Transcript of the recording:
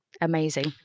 amazing